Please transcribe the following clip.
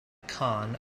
kahn